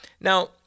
Now